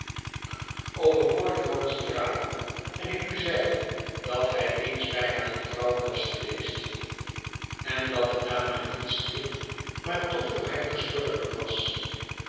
thorn spraken en ik u zeide dat hij eens bijna getrouwd was geweest en dat de dame niet stierf maar toch voor hem gestorven was